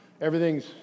Everything's